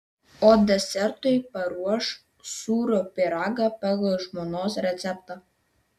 o desertui paruoš sūrio pyragą pagal žmonos receptą